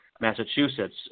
Massachusetts